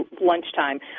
lunchtime